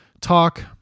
talk